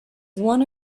one